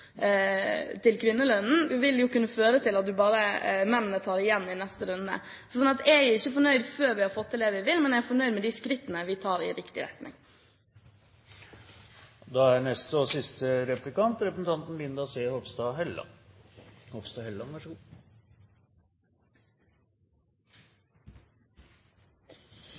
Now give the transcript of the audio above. til kvinnelønnen, vil jo kunne føre til at mennene tar igjen i neste runde. Så jeg er ikke fornøyd før vi har fått til det vi vil, men jeg er fornøyd med de skrittene vi tar i riktig retning. Jeg vil først benytte muligheten til å takke saksordføreren for et veldig godt arbeid med denne viktige saken. Så